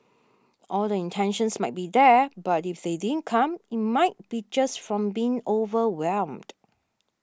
all the intentions might be there but if they didn't come it might be just from being overwhelmed